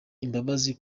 imbabazi